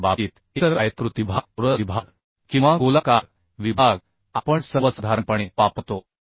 member च्या बाबतीत एकतर आयताकृती विभाग चौरस विभाग किंवा गोलाकार विभाग आपण सर्वसाधारणपणे वापरतो